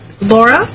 Laura